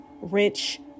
rich